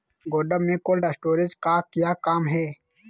गोडम में cold storage का क्या काम है?